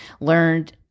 learned